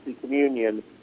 communion